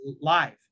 live